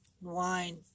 Wine